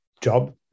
job